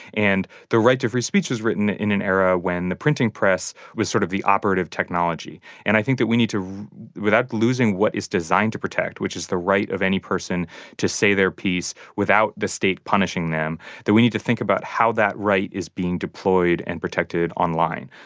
and the right to free speech was written in an era when the printing press was sort of the operative technology and i think that we need to without losing what it's designed to protect, which is the right of any person to say their peace without the state punishing them that we need to think about how that right is being deployed and protected online.